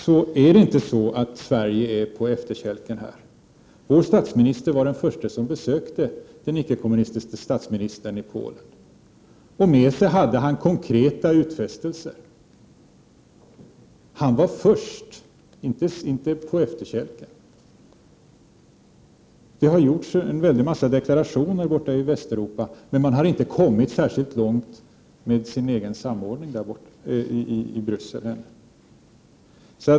Sverige är inte på efterkälken på det sätt som har sagts här. Vår statsminister var den förste som besökte den icke-kommunistiske statsministern i Polen. Med sig hade han konkreta utfästelser. Han var alltså först, inte på efterkälken. Det har gjorts en mängd deklarationer ute i Västeuropa, men man har inte kommit särskilt långt i Bryssel med den egna samordningen.